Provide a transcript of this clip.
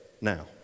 now